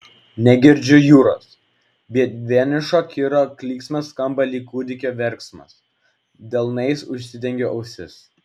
negirdžiu jūros bet vienišo kiro klyksmas skamba lyg kūdikio verksmas delnais užsidengiu ausis